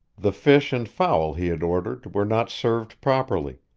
the fish and fowl he had ordered were not served properly,